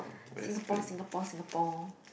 Singapore Singapore Singapore